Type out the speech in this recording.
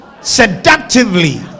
Seductively